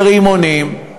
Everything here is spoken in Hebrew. ורימונים,